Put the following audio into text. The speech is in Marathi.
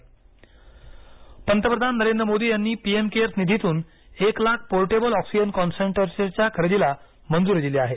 मोदी ऑक्सिजन पंतप्रधान नरेंद्र मोदी यांनी पी एम केअर्स निधीतून एक लाख पोर्टेबल ऑक्सिजन कॉन्सन्ट्रेटरच्या खरेदीला मंजुरी दिली आहे